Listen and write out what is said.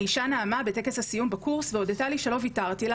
האישה נאמה בטקס הסיום בקורס והודתה לי שלא וויתרתי לה,